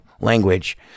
language